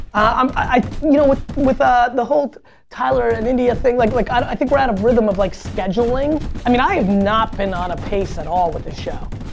um you know with with ah the whole tyler and india thing like like i think we're out of rhythm of like scheduling. i mean i have not been on a pace at all with the show.